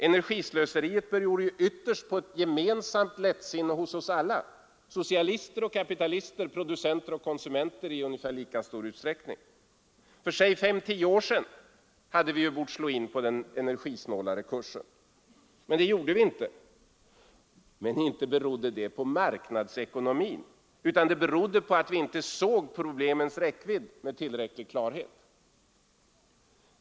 Energislöseriet beror ytterst på ett gemensamt lättsinne hos oss alla, socialister och kapitalister, producenter och konsumenter i ungefär lika stor utsträckning. För fem-tio år sedan borde vi ha slagit in på den energisnålare kursen. Det gjorde vi inte. Men inte berodde det på marknadsekonomin, utan det berodde på att vi inte såg problemens räckvidd med tillräcklig klarsyn.